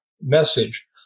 message